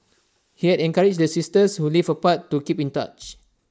he had encouraged the sisters who lived apart to keep in touch